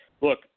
Look